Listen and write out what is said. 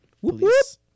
police